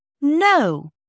No